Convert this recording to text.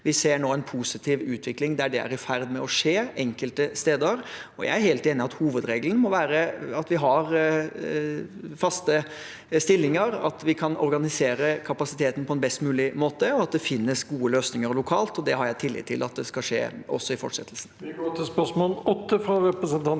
Vi ser nå en positiv utvikling der dette er i ferd med å skje enkelte steder. Jeg er helt enig i at hovedregelen må være at vi har faste stillinger, at vi kan organisere kapasiteten på best mulig måte, og at det finnes gode løsninger lokalt. Det har jeg tillit til at skal skje også i fortsettelsen.